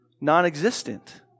non-existent